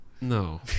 No